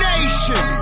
Nation